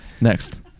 Next